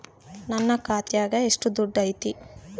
ನನ್ನ ಖಾತ್ಯಾಗ ಎಷ್ಟು ದುಡ್ಡು ಐತಿ?